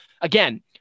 again